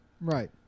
Right